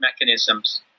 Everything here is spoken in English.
mechanisms